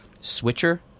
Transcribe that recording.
SWITCHER